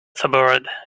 sobered